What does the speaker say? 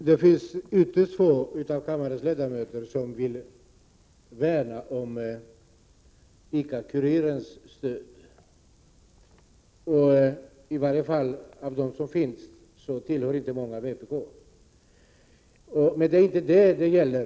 Herr talman! Det är ytterst få av kammarens ledamöter som vill slå vakt om ICA-Kurirens stöd och i varje fall tillhör inte många av dem vpk. Men det är inte det saken gäller.